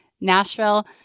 Nashville